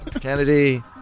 Kennedy